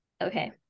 Okay